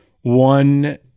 one